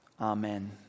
Amen